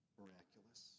miraculous